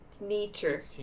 Nature